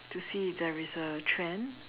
to see if there is a trend